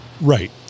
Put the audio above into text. Right